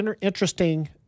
interesting